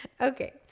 Okay